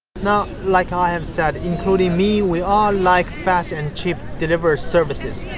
now like, i have said, including me, we all like fast and cheap delivery services.